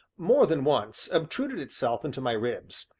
more than once, obtruded itself into my ribs.